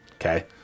Okay